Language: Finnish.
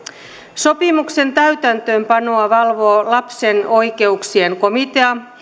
sopimuksen täytäntöönpanoa valvoo lapsen oikeuksien komitea